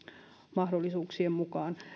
mahdollisuuksien mukaan